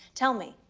tell me,